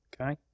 Okay